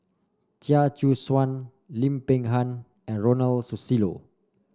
Chia Choo Suan Lim Peng Han and Ronald Susilo